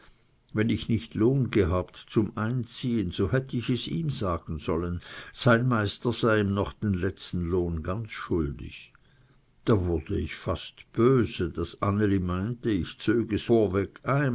wenn ich nicht lohn gehabt zum einziehen so hätte ich es ihm sagen sollen sein meister sei ihm noch den letzten lohn ganz schuldig da wurde ich fast böse daß anneli meinte ich zöge